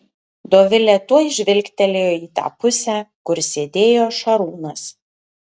dovilė tuoj žvilgtelėjo į tą pusę kur sėdėjo šarūnas